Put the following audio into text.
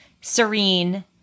serene